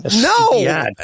No